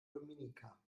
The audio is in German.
dominica